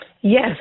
Yes